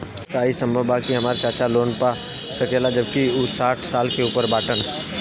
का ई संभव बा कि हमार चाचा लोन पा सकेला जबकि उ साठ साल से ऊपर बाटन?